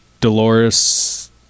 Dolores